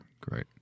Great